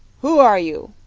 who are you?